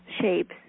shapes